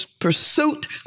pursuit